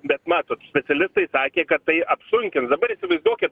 bet matot specialistai sakė kad tai apsunkins dabar įsivaizduokit